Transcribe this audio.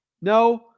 No